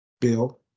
Bill